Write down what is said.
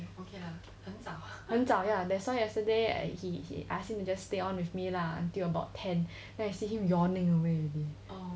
很早 ya that's why yesterday I asked him to just stay on with me lah until about ten then I see him yawning away already